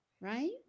right